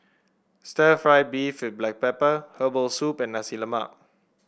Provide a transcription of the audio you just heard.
Stir Fried Beef with Black Pepper Herbal Soup and Nasi Lemak